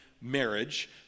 marriage